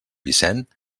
vicent